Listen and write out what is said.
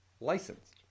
licensed